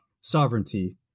Sovereignty